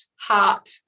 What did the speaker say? heart